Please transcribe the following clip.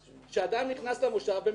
שאדם נכנס למושב במכרז.